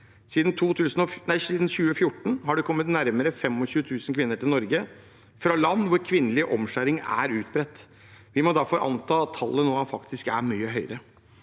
Siden 2014 har det kommet nærmere 25 000 kvinner til Norge fra land hvor kvinnelig omskjæring er utbredt. Vi må derfor anta at tallene nå faktisk er mye høyere.